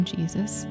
Jesus